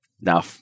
now